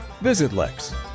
VisitLex